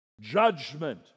judgment